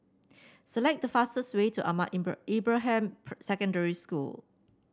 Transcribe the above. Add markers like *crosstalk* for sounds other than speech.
select the fastest way to Ahmad *unintelligible* Ibrahim *unintelligible* Secondary School